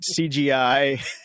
CGI